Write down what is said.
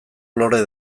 lore